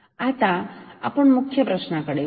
आता आपण मुख्य प्रश्नाकडे वळूया